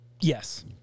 Yes